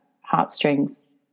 Heartstrings